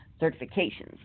certifications